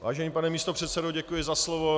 Vážený pane místopředsedo, děkuji za slovo.